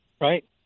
Right